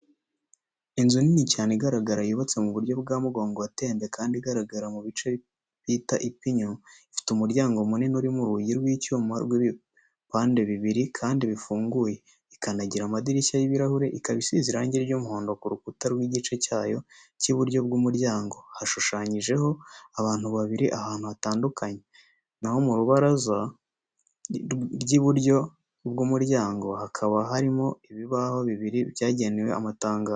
Inzu nini cyane igaragara yubatse ku buryo bwa mugongo wa temba, kandi igaragarira mu gice bita ipinyo. Ifite umuryango munini urimo urugi rw'icyuma rw'ibipande bibiri kandi bifunguye, ikanagira amadirishya y'ibirahuri, ikaba isize irangi ry'umuhondo ku rukuta rw'igice cyayo cy'iburyo bw'umuryango, hashushanyijeho abantu babiri ahantu hatandukanye na ho mu ibaraza ry'iburyo bw'umuryango. Hakaba harimo ibibaho bibiri byagenewe amatangazo.